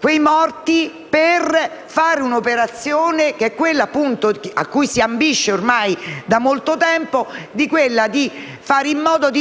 quei morti per compiere l'operazione, cui si ambisce ormai da molto tempo, di